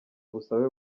ubusabe